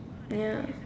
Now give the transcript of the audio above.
ya